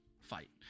fight